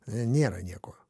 ane nėra nieko